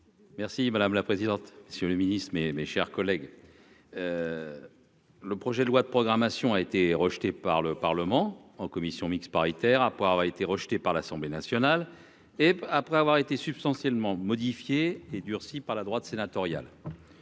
Merci madame la présidente. Monsieur le Ministre, mes, mes chers collègues. Le projet de loi de programmation a été rejeté par le Parlement en commission mixte paritaire à pour été rejeté par l'Assemblée nationale et après avoir été substantiellement modifié et durci par la droite sénatoriale.